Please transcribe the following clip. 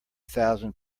thousand